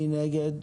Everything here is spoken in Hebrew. מי נגד?